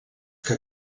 que